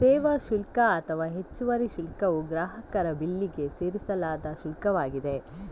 ಸೇವಾ ಶುಲ್ಕ ಅಥವಾ ಹೆಚ್ಚುವರಿ ಶುಲ್ಕವು ಗ್ರಾಹಕರ ಬಿಲ್ಲಿಗೆ ಸೇರಿಸಲಾದ ಶುಲ್ಕವಾಗಿದೆ